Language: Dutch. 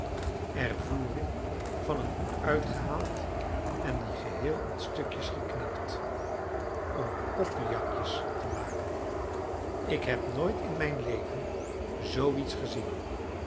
er voering van een hoed uitgehaald en die geheel aan stukjes geknipt om poppejakjes te maken ik heb nooit in mijn leven zoo iets gezien